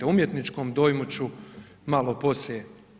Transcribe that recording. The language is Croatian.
O umjetničkom dojmu ću malo poslije.